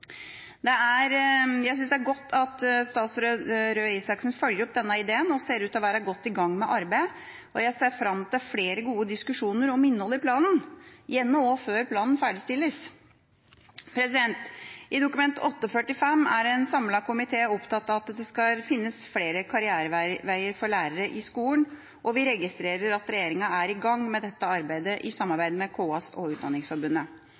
Kristin Halvorsen. Jeg synes det er godt at statsråd Røe Isaksen følger opp denne ideen og ser ut til å være godt i gang med arbeidet. Jeg ser fram til flere gode diskusjoner om innholdet i planen, gjerne også før planen ferdigstilles. I innstillinga til Dokument 8:45 S er en samlet komité opptatt av at det skal finnes flere karriereveier for lærere i skolen, og vi registrerer at regjeringa er i gang med dette arbeidet i samarbeid med KS og Utdanningsforbundet.